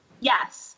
Yes